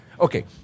Okay